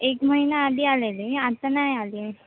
एक महिना आधी आलेली आता नाही आली आहे